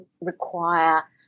require